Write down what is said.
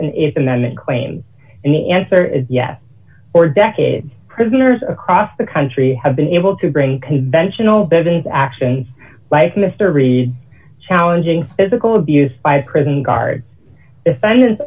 t amendment claim and the answer is yes for decades prisoners across the country have been able to bring conventional buildings actions like mr reed challenging physical abuse by prison guards defendants